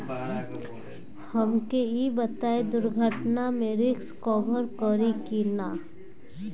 हमके ई बताईं दुर्घटना में रिस्क कभर करी कि ना?